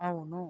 అవును